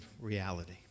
reality